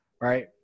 right